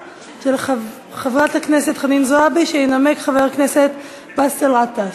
חבר הכנסת דב חנין וחברת הכנסת תמר זנדברג,